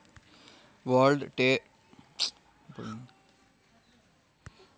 world trade organisation సుంకాలు, కోటాలు ఇతర పరిమితులను తగ్గించడానికి ప్రయత్నిస్తుంది